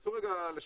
תנסו רגע לשקף,